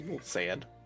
sad